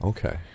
Okay